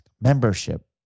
membership